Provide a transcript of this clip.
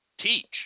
teach